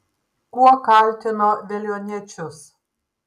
kuo kaltino veliuoniečius